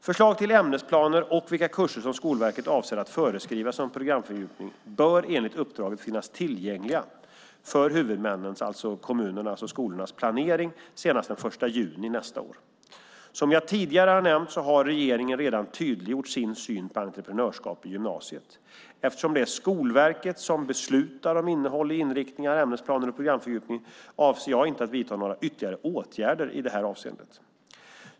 Förslag till ämnesplaner och vilka kurser som Skolverket avser att föreskriva som programfördjupning bör enligt uppdraget finnas tillgängliga för huvudmännens, för kommunernas och skolornas, planering senast den 1 juni nästa år. Som jag tidigare nämnt har regeringen redan tydliggjort sin syn på entreprenörskap i gymnasieskolan. Eftersom det är Skolverket som beslutar om innehåll i inriktningar, ämnesplaner och programfördjupning avser jag inte att vidta några ytterligare åtgärder i detta avseende.